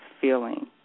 feeling